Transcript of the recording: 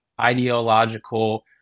ideological